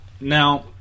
Now